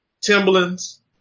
Timberlands